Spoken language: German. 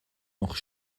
noch